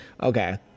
Okay